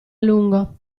lungo